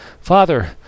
Father